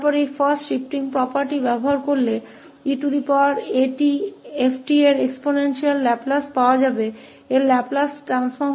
फिर इस पहली शिफ्टिंग property का उपयोग करना जो कहता है कि एक्सपोनेंशियल eat𝑓𝑡 लाप्लास परिवर्तन F𝑠 − 𝑎 होगा